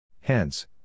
Hence